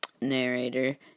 narrator